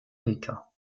rica